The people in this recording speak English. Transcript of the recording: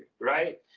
right